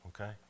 Okay